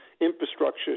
Infrastructure